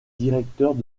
directeurs